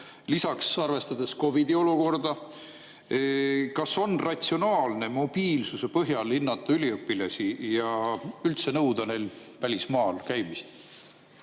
lisaks arvestades COVID-i põhjustatud olukorda, kas on ratsionaalne mobiilsuse põhjal hinnata üliõpilasi ja üldse nõuda neilt välismaal käimist?